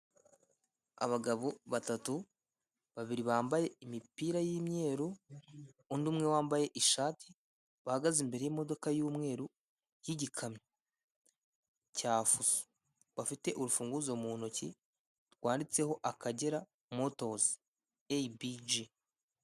Abagabo batatu, babiri bambaye imipira y'imyeru, undi umwe wambaye ishati, bahagaze imbere y'modoka y'umweru y'igikamyo cya fuso, bafite urufunguzo mu ntoki rwanditseho akagera motozi, eyibiji.